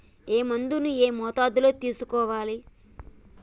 ఏ మందును ఏ మోతాదులో తీసుకోవాలి?